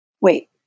wait